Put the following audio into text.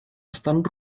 estan